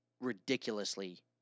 ridiculously